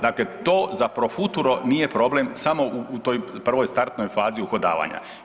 Dakle to za pro futuro nije problem samo u toj prvoj startnoj fazi uhodavanja.